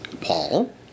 Paul